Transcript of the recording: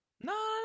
no